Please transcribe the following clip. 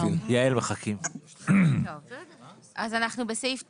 אנחנו בסעיף 9ל,